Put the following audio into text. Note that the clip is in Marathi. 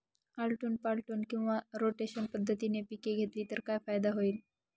आलटून पालटून किंवा रोटेशन पद्धतीने पिके घेतली तर काय फायदा होईल?